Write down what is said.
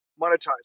monetize